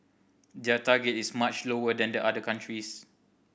their target is much lower than the other countries